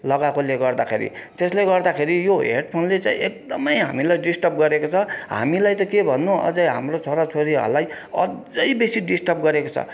लगाएकोले गर्दाखेरि त्यसले गर्दाखेरि यो हेडफोनले चाहिँ एकदमै हामीलाई डिस्टर्ब गरेको छ हामीलाई त के भन्नु अझ हाम्रो छोरा छोरीहरूलाई अझ बेसी डिस्टर्ब गरेको छ